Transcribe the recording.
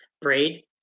braid